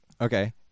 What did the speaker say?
Okay